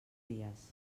dies